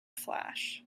flash